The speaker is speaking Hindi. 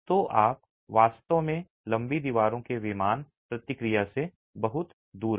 तो आप वास्तव में लंबी दीवारों के विमान प्रतिक्रिया से बहुत गरीब हैं